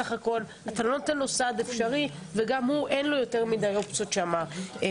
אתה לא נותן להם סעד אפשרי ואין לו יותר מדי אופציות בחיפה.